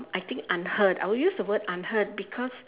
I think unheard I would use the word unheard because